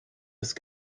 ist